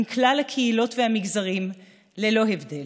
עם כלל הקהילות והמגזרים ללא הבדל,